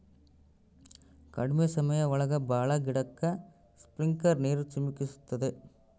ಕಡ್ಮೆ ಸಮಯ ಒಳಗ ಭಾಳ ಗಿಡಕ್ಕೆ ಸ್ಪ್ರಿಂಕ್ಲರ್ ನೀರ್ ಚಿಮುಕಿಸ್ತವೆ